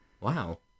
wow